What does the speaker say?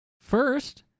first